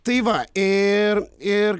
tai va ir ir